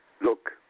Look